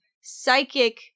psychic